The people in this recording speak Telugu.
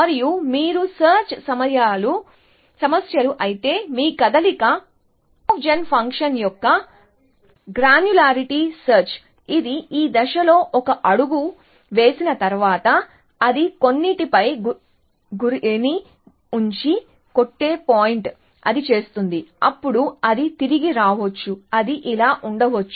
మరియు మీరు సెర్చ్ సమస్యలు అయితే మీ కదలిక మూవ్జెన్ ఫంక్షన్ యొక్క గ్రాన్యులారిటీ సెర్చ్ ఇది ఈ దిశలో ఒక అడుగు వేసిన తర్వాత అది కొన్నింటిపై గురిని మించి కొట్టే పాయింట్ అది చేస్తుంది అప్పుడు అది తిరిగి రావచ్చు అది ఇలా ఉండవచ్చు